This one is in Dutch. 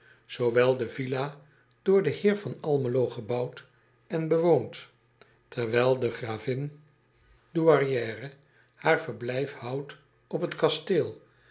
zoowel de villa door den eer van lmelo gebouwd en bewoond terwijl de gravin douairière haar verblijf houdt op het kasteel